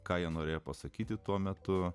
ką jie norėjo pasakyti tuo metu